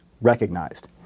recognized